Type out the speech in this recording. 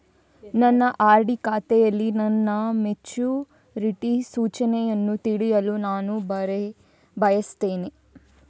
ನನ್ನ ಆರ್.ಡಿ ಖಾತೆಯಲ್ಲಿ ನನ್ನ ಮೆಚುರಿಟಿ ಸೂಚನೆಯನ್ನು ತಿಳಿಯಲು ನಾನು ಬಯಸ್ತೆನೆ